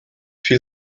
viel